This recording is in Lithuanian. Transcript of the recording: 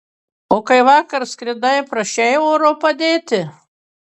o kai vakar skridai prašei oro padėti